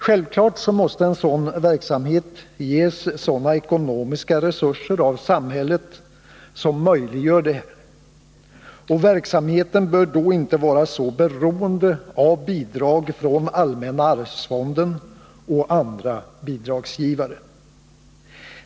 Självfallet måste en verksamhet av denna art ges sådana ekonomiska resurser av samhället att den blir möjlig att genomföra, och verksamheten bör inte vara så beroende av bidrag från allmänna arvsfonden och andra bidragsgivare.